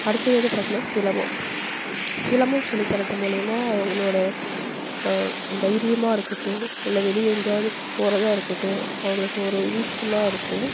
அடுத்தது வந்து பார்த்திங்கனா சிலம்பம் சிலம்பம் சொல்லித் தர்றது மூலிமா அவங்களோட தைரியமாக இருக்கட்டும் இல்லை வெளியே எங்கேயாவது போகிறதா இருக்கட்டும் அவங்களுக்கு ஒரு யூஸ்ஃபுல்லாக இருக்கும்